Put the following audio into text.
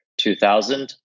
2000